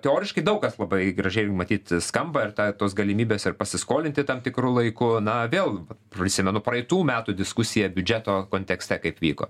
teoriškai daug kas labai gražiai matyt skamba ir tą tos galimybės ir pasiskolinti tam tikru laiko na vėl prisimenu praeitų metų diskusiją biudžeto kontekste kaip vyko